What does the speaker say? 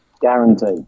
Guaranteed